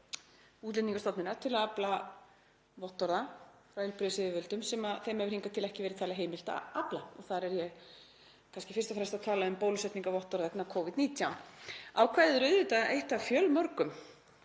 Útlendingastofnunar til að afla vottorða frá heilbrigðisyfirvöldum sem þeim hefur hingað til ekki verið talið heimilt að afla. Þar er ég kannski fyrst og fremst að tala um bólusetningarvottorð vegna Covid-19. Ákvæðið er auðvitað eitt af fjölmörgum